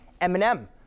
Eminem